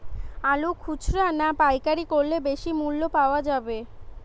আলু খুচরা না পাইকারি করলে বেশি মূল্য পাওয়া যাবে?